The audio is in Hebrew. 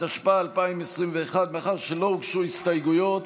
התשפ"א 2021. מאחר שלא הוגשו הסתייגויות,